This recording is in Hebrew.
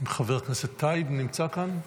חבר הכנסת טייב נמצא כאן?